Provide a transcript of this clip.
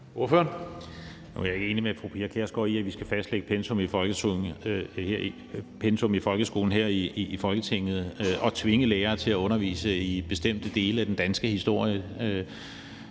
ikke enig med fru Pia Kjærsgaard i, at vi skal fastlægge pensum i folkeskolen her i Folketinget og tvinge lærere til at undervise i bestemte dele af den danske historie.